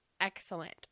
excellent